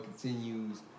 continues